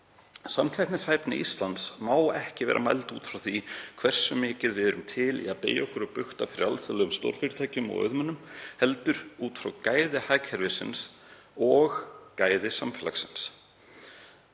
Samkeppnishæfni Íslands má ekki vera mæld út frá því hversu mikið við erum til í að beygja okkur og bugta fyrir alþjóðlegum stórfyrirtækjum og auðmönnum heldur út frá gæðum hagkerfisins og gæðum samfélagsins.